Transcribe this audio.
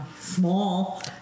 small